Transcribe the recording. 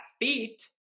feet